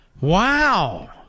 Wow